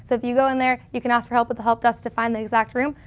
so if you go in there you can ask for help but the helped us to find the exact room,